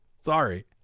Sorry